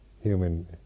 human